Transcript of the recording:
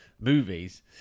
movies